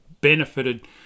benefited